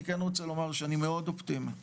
אני אופטימי מאוד.